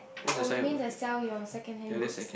oh you mean the sell your second hand goods